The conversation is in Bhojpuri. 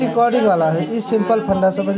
बोवाई के समय सबसे पहिले फसल क चयन करल जाला